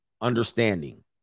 Understanding